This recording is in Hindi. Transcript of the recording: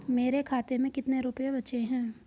मेरे खाते में कितने रुपये बचे हैं?